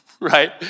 right